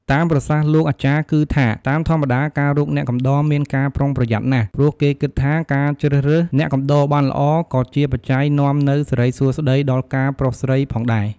តាមប្រសាសន៍លោកអាចារ្យគឺថា តាមធម្មតាការរកអ្នកកំដរមានការប្រុងប្រយ័ត្នណាស់ ព្រោះគេគិតថាការជ្រើសរើសអ្នកកំដរបានល្អ ក៏ជាបច្ច័យនាំនូវសិរីសួស្តីដល់ការប្រុសស្រីដូចគ្នា។